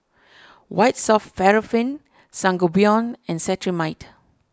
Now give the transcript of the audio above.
White Soft Paraffin Sangobion and Cetrimide